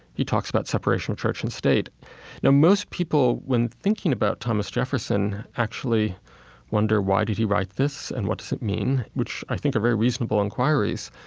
he talks about separation of church and state now most people, when thinking about thomas jefferson, actually wonder, why did he write this and what does it mean? which i think are very reasonable inquiries.